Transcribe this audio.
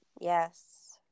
Yes